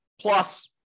plus